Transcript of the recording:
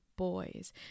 boys